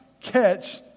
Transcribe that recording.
catch